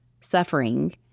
suffering